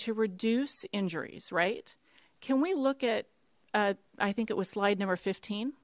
to reduce injuries right can we look at i think it was slide number fifteen